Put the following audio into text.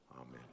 Amen